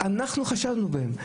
אנחנו חשדנו בהם.